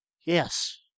Yes